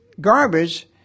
garbage